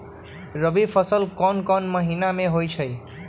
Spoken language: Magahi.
रबी फसल कोंन कोंन महिना में होइ छइ?